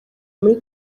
muri